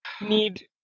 Need